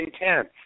intense